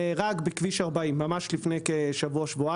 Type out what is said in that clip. שנהרג בכביש 40 ממש לפני שבוע-שבועיים.